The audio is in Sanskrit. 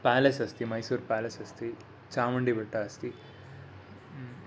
पालेस् अस्ति मैसूर् पालेस् अस्ति चामुण्डि बेट्टा अस्ति